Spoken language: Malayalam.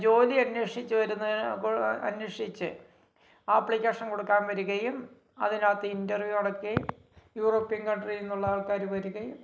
ജോലി അന്വേഷിച്ചുവരുന്ന അന്വേഷിച്ച് ആപ്ലിക്കേഷൻ കൊടുക്കാൻ വരുകയും അതിനകത്ത് ഇന്റര്വ്യൂ നടക്കുകയും യൂറോപ്യൻ കണ്ട്രിയില് നിന്നുള്ള ആള്ക്കാർ വരുകയും